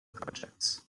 projects